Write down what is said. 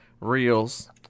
reels